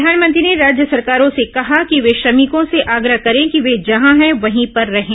प्रधानमंत्री ने राज्य सरकारों से कहा कि वे श्रमिकों से आग्रह करें कि वे जहां हैं वहीं पर रहें